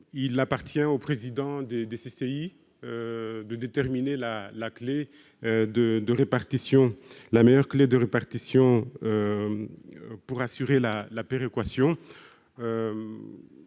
Il appartient aux présidents des CCI de déterminer la meilleure clé de répartition pour assurer la péréquation.